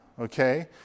okay